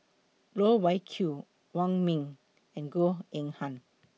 Loh Wai Kiew Wong Ming and Goh Eng Han